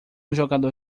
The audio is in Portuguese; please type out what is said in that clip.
jogador